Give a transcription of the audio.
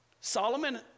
Solomon